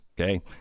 okay